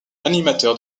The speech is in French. animateur